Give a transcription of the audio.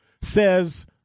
says